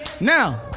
Now